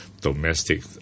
domestic